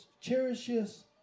cherishes